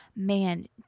Man